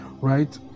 right